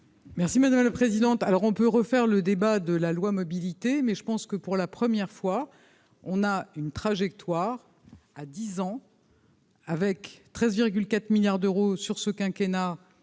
Merci madame la présidente, alors on peut refaire le débat de la loi mobilité mais je pense que pour la première fois, on a une trajectoire à 10 ans. Avec 13,4 milliards d'euros sur ce quinquennat